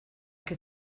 que